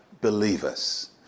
believers